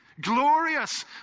glorious